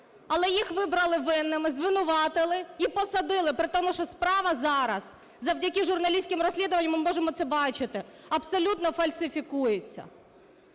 Але їх вибрали винними, звинуватили і посадили, при тому, що справа зараз, завдяки журналістським розслідуванням ми можемо це бачити, абсолютно фальсифікується.